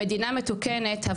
במדינה מתוקנת,